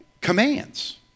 commands